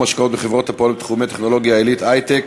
השקעות בחברות הפועלות בתחומי הטכנולוגיה העילית (היי-טק)